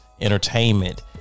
Entertainment